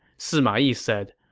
sima yi said,